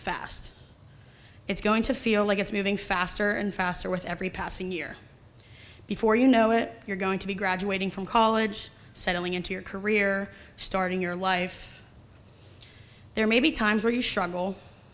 fast it's going to feel like it's moving faster and faster with every passing year before you know it you're going to be graduating from college settling into your career starting your life there may be times where you s